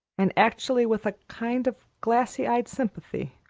and actually with a kind of glassy-eyed sympathy.